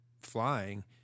flying